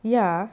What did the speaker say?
ya